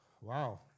Wow